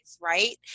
right